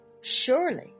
Surely